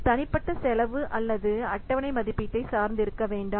தனிப்பட்ட செலவு அல்லது அட்டவணை மதிப்பீட்டை சார்ந்து இருக்க வேண்டாம்